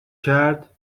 کرد